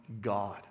God